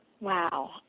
Wow